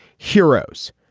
heroes,